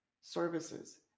services